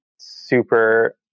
super